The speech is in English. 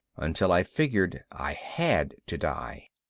until i figured i had to die.